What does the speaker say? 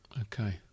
Okay